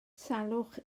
salwch